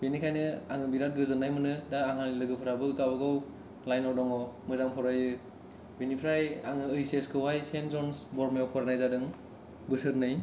बिनिखायनो आङो बिराथ गोजोन्नाय मोनो दा आंनि लोगोफ्राबो गावबा गाव लाइनाव दङ मोजां फरायो बिनिफ्राय आङो ओइस एस खौहाय सेन्ट जन्स बरमायाव फरायनाय जादों बोसोरनै